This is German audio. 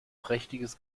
prächtiges